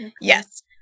Yes